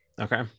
Okay